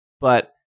but-